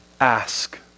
ask